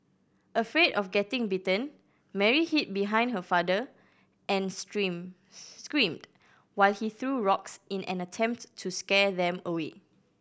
afraid of getting bitten Mary hid behind her father and stream screamed while he threw rocks in an attempt to scare them away